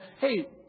hey